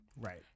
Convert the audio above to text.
Right